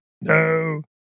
No